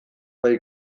bai